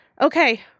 okay